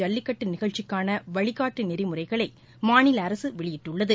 ஜல்லிக்கட்டு நிகழ்ச்சிக்காள வழிகாட்டு நெறிமுறைகளை மாநில அரசு வெளியிட்டுள்ளது